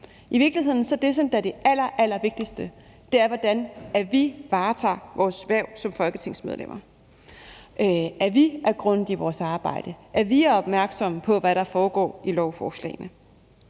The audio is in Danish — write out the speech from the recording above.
I virkeligheden er det, som er det allerallervigtigste, hvordan vi varetager vores hverv som folketingsmedlemmer. Altså at vi er grundige vores arbejde, at vi er opmærksomme på, hvad der foregår i lovforslagene.